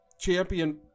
champion